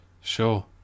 Sure